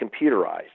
computerized